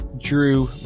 Drew